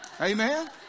Amen